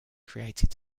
created